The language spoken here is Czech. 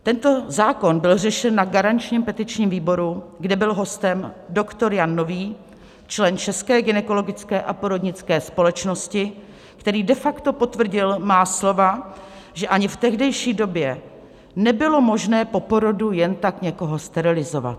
Tento zákon byl řešen na garančním petičním výboru, kde byl hostem doktor Jan Nový, člen České gynekologické a porodnické společnosti, který de facto potvrdil má slova, že ani v tehdejší době nebylo možné po porodu jen tak někoho sterilizovat.